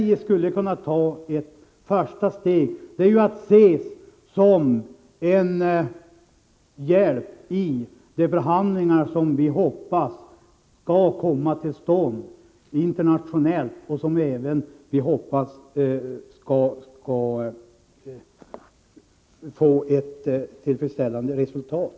Om Sverige tog ett första steg i den riktning vi föreslår skulle det vara till hjälp vid de förhandlingar som vi hoppas skall komma till stånd internationellt och ge ett tillfredsställande resultat.